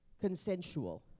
consensual